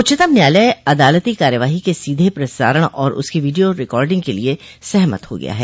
उच्चतम न्यायालय अदालती कार्यवाही के सीधे प्रसारण और उसकी वीडियो रिकाडिंग के लिए सहमत हो गया है